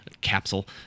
Capsule